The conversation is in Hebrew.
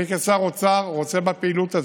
אני כשר אוצר רוצה בפעילות הזאת.